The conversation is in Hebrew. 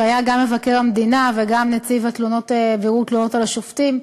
שהיה גם מבקר המדינה וגם נציב תלונות הציבור על השופטים,